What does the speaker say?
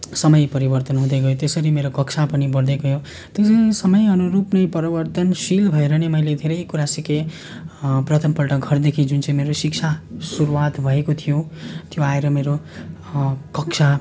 जसरी समय परिवर्तन हुँदैगयो त्यसरी मेरो कक्षा पनि बढ्दैगयो त्यो समयअनुरूप नै परिवर्तनशील भएर नै मैले धेरै कुरा सिकेँ प्रथमपल्ट घरदेखि जुन चाहिँ मेरो शिक्षा सुरुआत भएको थियो त्यो आएर मेरो कक्षा